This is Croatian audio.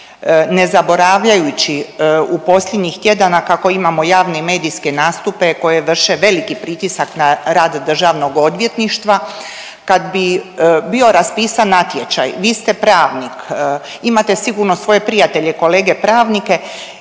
Ne zaboravljajući u posljednjih tjedana kako imamo javne i medijske nastupe koje vrše veliki pritisak na rad DORH-a, kad bi bio raspisan natječaj, vi ste pravnik, imate sigurno svoje prijatelje kolege pravnike,